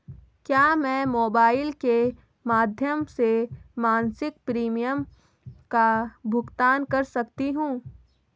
क्या मैं मोबाइल के माध्यम से मासिक प्रिमियम का भुगतान कर सकती हूँ?